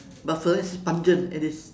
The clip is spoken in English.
but for them it's pungent and it's